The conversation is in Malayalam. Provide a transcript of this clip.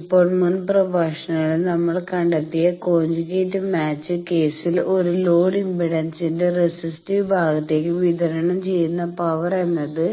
ഇപ്പോൾ മുൻ പ്രഭാഷണത്തിൽ നമ്മൾ കണ്ടെത്തിയ കോഞ്ചുഗേറ്റ് മാച്ച് കേസിൽ ഒരു ലോഡ് ഇംപെഡൻസിന്റെ റെസിസ്റ്റീവ് ഭാഗത്തേക്ക് വിതരണം ചെയ്യുന്ന പവർ എന്നത്